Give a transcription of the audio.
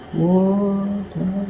water